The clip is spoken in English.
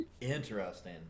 Interesting